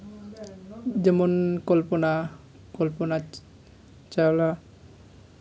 ᱡᱮᱢᱚᱱ ᱠᱚᱞᱯᱚᱱᱟ ᱠᱚᱞᱯᱚᱱᱟ ᱪᱟᱣᱞᱟ